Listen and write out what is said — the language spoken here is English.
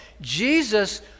Jesus